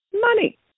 money